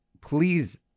please